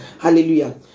Hallelujah